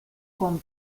con